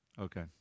okay